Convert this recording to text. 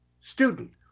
student